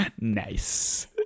nice